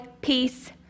peace